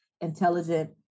intelligent